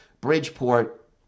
Bridgeport